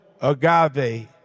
agave